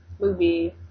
movie